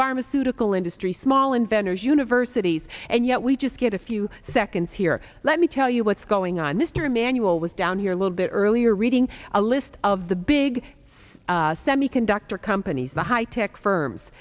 pharmaceutical industry small inventors universities and yet we just get a few seconds here let me tell you what's going on mr emanuel was down here a little bit earlier reading a list of the big semiconductor companies the high tech firms